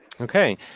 Okay